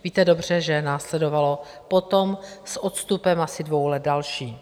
Víte dobře, že následovalo potom s odstupem asi dvou let další.